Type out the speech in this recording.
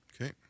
Okay